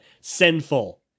Sinful